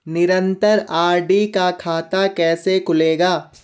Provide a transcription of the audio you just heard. निरन्तर आर.डी का खाता कैसे खुलेगा?